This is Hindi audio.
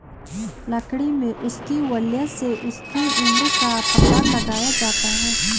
लकड़ी में उसकी वलय से उसकी उम्र का पता लगाया जाता है